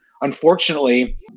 unfortunately